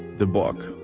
the book,